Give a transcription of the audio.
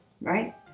right